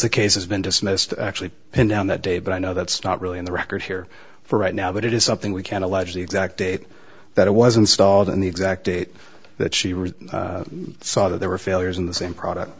the case has been dismissed actually pinned down that day but i know that's not really in the record here for right now but it is something we can allege the exact date that it was installed and the exact date that she really saw that there were failures in the same product